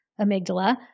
amygdala